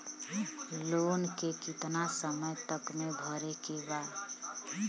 Loan के कितना समय तक मे भरे के बा?